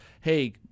hey